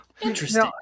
interesting